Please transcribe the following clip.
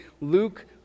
Luke